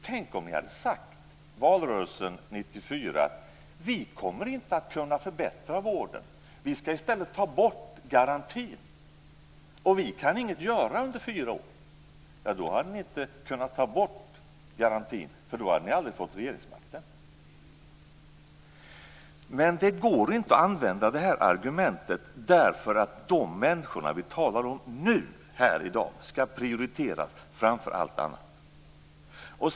Tänk om ni i valrörelsen 1994 hade sagt: Vi kommer inte att kunna förbättra vården, utan vi skall i stället ta bort garantin, och vi kan ingenting göra under fyra år! Då hade ni inte kunnat ta bort garantin, för då hade ni aldrig fått regeringsmakten. Det går inte att använda det här argumentet, eftersom de människor som vi talar om här i dag skall prioriteras framför allt annat.